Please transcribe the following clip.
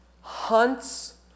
hunts